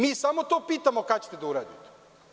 Mi samo to pitamo – kada ćete da uradite?